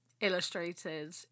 illustrated